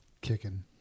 Kicking